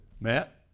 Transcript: Matt